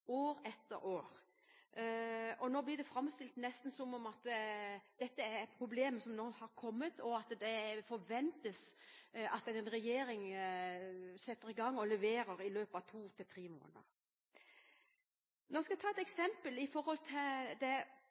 år etter år. Nå blir det nesten framstilt som at dette er et problem som har kommet nå, og det forventes at regjeringen leverer i løpet av to–tre måneder. Jeg vil nevne et eksempel